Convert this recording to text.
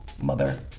Mother